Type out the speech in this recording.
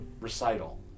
recital